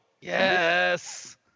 Yes